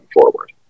forward